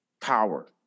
power